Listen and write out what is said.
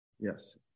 yes